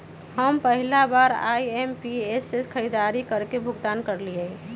हम पहिला बार आई.एम.पी.एस से खरीदारी करके भुगतान करलिअई ह